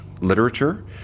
literature